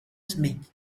schmidt